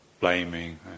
blaming